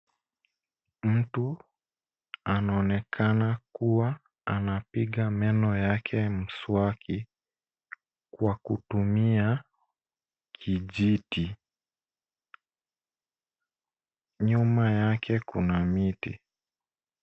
Mtu anaonekana kuwa naapiga meno yake mswaki kwa kuutmia kijiti .Nyuma yake kuna miti.